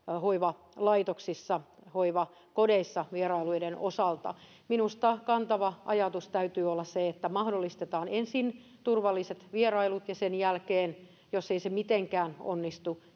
hoivalaitoksissa hoivakodeissa vierailuiden osalta minusta kantava ajatus täytyy olla se että mahdollistetaan ensin turvalliset vierailut ja vasta sen jälkeen jos ei se mitenkään onnistu